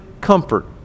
comfort